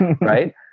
right